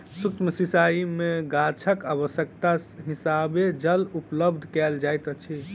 सुक्ष्म सिचाई में गाछक आवश्यकताक हिसाबें जल उपलब्ध कयल जाइत अछि